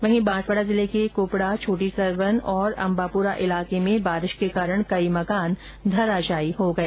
वहीं बांसवाड़ा जिले के कुपड़ा छोटी सरवन और अम्बापुरा इलाके में बारिश के कारण कई मकान धराशायी हो गए